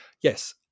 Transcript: Yes